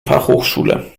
fachhochschule